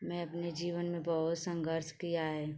मैंने अपने जीवन में बहुत संघर्ष किया है